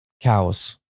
cows